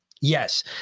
yes